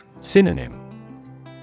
Synonym